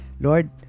Lord